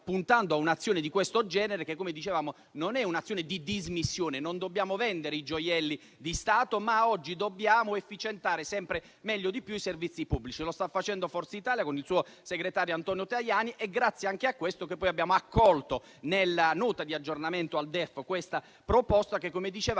puntando a un'azione di questo genere, che - come dicevamo - non è un'azione di dismissione; non dobbiamo vendere i gioielli di Stato, ma dobbiamo efficientare sempre meglio e di più i servizi pubblici. Lo sta facendo Forza Italia, con il suo segretario Antonio Tajani. È grazie anche a questo che abbiamo accolto nella Nota di aggiornamento al DEF questa proposta, che vale